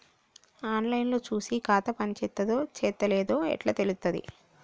On line లో చూసి ఖాతా పనిచేత్తందో చేత్తలేదో ఎట్లా తెలుత్తది?